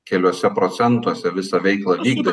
keliuose procentuose visą veiklą vykdo